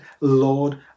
Lord